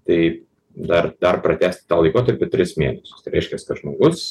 tai dar dar pratęsti tą laikotarpį tris mėnesius tai reiškias kad žmogus